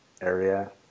area